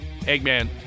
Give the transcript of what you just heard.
Eggman